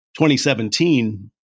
2017